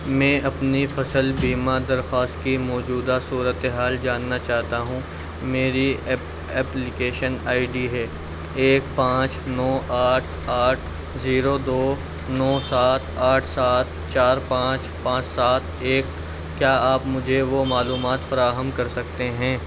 میں اپنی فصل بیمہ درخواست کی موجودہ صورت حال جاننا چاہتا ہوں میری ایپ ایپلیکیشن آئی ڈی ہے ایک پانچ نو آٹھ آٹھ زیرو دو نو سات آٹھ سات چار پانچ پانچ سات ایک کیا آپ مجھے وہ معلومات فراہم کر سکتے ہیں